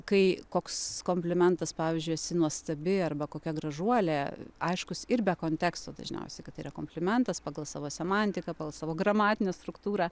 kai koks komplimentas pavyzdžiui esi nuostabi arba kokia gražuolė aiškus ir be konteksto dažniausiai kad tai yra komplimentas pagal savo semantiką pal savo gramatinę struktūrą